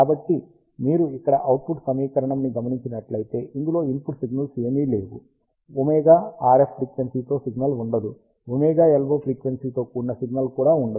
కాబట్టి మీరు ఇక్కడ అవుట్పుట్ సమీకరణం ని గమినించినట్లైతే ఇందులో ఇన్పుట్ సిగ్నల్స్ ఏవీ లేవు ωRF ఫ్రీక్వెన్సీతో సిగ్నల్ ఉండదు ωLO ఫ్రీక్వెన్సీతో కూడిన సిగ్నల్ కూడా ఉండదు